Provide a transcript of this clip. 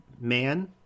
man